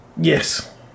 Yes